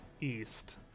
east